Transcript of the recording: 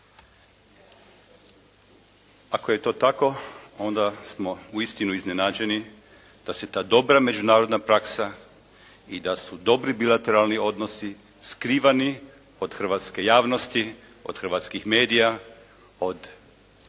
Ako je to tako onda smo uistinu iznenađeni da se ta dobra međunarodna praksa i da su dobri bilateralni odnosi skrivani od hrvatske javnosti, od hrvatskih medija, od saborskih